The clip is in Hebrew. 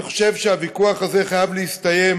אני חושב שהוויכוח הזה חייב להסתיים.